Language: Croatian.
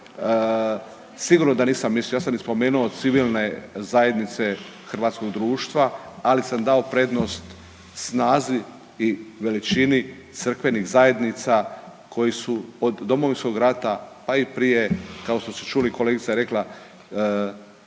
Sigurno da nisam mislio, ja sam i spomenuo civilne zajednice hrvatskog društva, ali sam dao prednost snazi i veličini crkvenih zajednica koje su od Domovinskog rata, pa i prije, kao što ste čuli i kolegica je rekla,